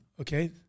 Okay